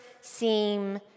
seem